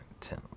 ten